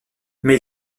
mais